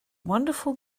wonderful